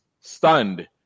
stunned